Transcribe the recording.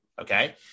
Okay